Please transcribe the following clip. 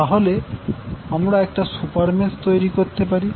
তাহলে আমরা একটা সুপার মেস তৈরি করতে পারি